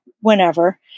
whenever